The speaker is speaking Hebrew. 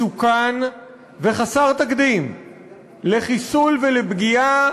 מסוכן וחסר תקדים לחיסול ולפגיעה